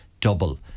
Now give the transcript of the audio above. double